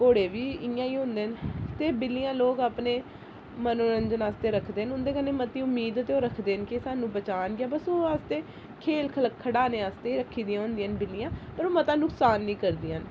घोड़े बी इयां होंदे न ते बिल्लियां लोक अपने मनोरजंन आस्तै रखदे न उं'दे कन्नै मती उम्मीद ते ओह् रखदे न कि सानू बचान गियां बस ओह् आखदे खेल खढाने आस्तै रक्खी दियां होंदियां न बिल्लियां पर ओह् मता नुकसान नी करदियां न